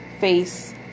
face